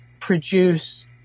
produce